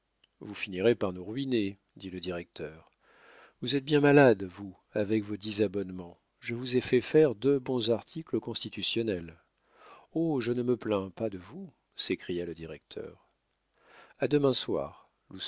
vous finirez par nous ruiner dit le directeur vous êtes bien malade vous avec vos dix abonnements je vous ai fait faire deux bons articles au constitutionnel oh je ne me plains pas de vous s'écria le directeur a demain soir